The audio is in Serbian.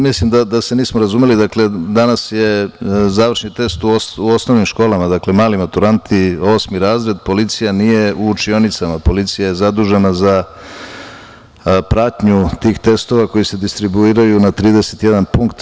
Mislim da se nismo razumeli, danas je završni test u osnovnim školama, dakle, mali maturanti osmi razred, policija nije u učionicama, policija je zadužena za pratnju tih testova koji se distribuiraju na 31 punkt.